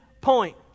Point